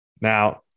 Now